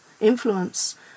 influence